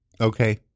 Okay